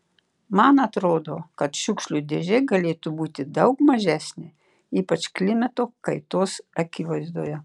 man atrodo kad šiukšlių dėžė galėtų būti daug mažesnė ypač klimato kaitos akivaizdoje